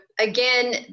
again